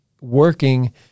working